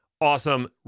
awesome